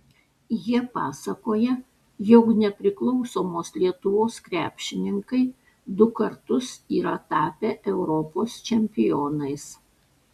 jie pasakoja jog nepriklausomos lietuvos krepšininkai du kartus yra tapę europos čempionais